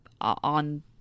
on